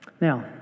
Now